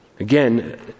Again